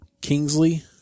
Kingsley